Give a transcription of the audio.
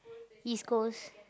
East-Coast